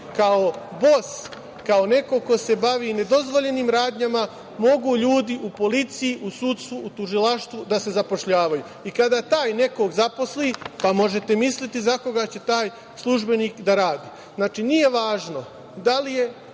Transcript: kao bos, kao neko ko se bavi nedozvoljenim radnjama, mogu ljudi u policiji, u sudstvu, u tužilaštvu da se zapošljavaju i kada taj nekog zaposli, pa možete misliti za koga će taj službenik da radi. Znači, nije važno da li je